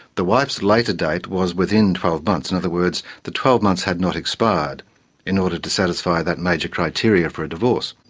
the wife's later date was within twelve months, in other words the twelve months had not expired in order to satisfy that major criteria for a divorce.